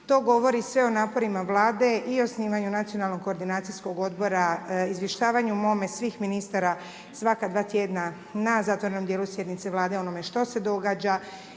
To govori sve o naporima Vlade i osnivanju Nacionalnog koordinacijskog odbora, o izvještavanju mome, svih ministara, svaka 2 tjedna na zatvorenom dijelu sjednice Vlade, onome što se događa,